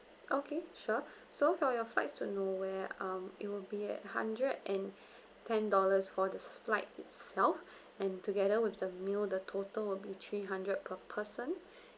okay sure so for your flights to nowhere um it will be at hundred and ten dollars for the flight itself and together with the meal the total will be three hundred per person